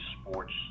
sports